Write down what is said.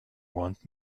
want